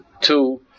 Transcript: two